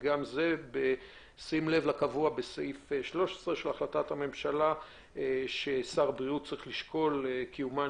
גם זה בשים לב לקבוע בסעיף 13 שר הבריאות צריך לשקול קיומן